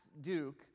Duke